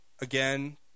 again